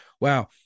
wow